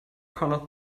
colors